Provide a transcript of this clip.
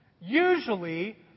Usually